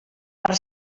per